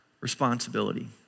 responsibility